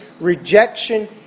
rejection